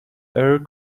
air